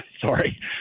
Sorry